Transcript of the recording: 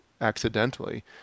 accidentally